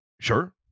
sure